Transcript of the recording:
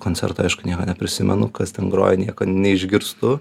koncerto aišku nieko neprisimenu kas ten groja niekad neišgirstu